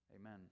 amen